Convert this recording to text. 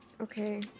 Okay